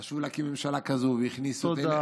חשבו להקים ממשלה כזאת, והכניסו, תודה.